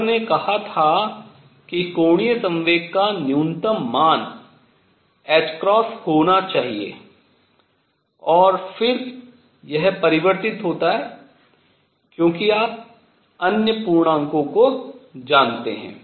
Bohr ने कहा था कि कोणीय संवेग का न्यूनतम मान ℏ होना चाहिए और फिर यह परिवर्तित होता है क्योंकि आप अन्य पूर्णांकों को जानते हैं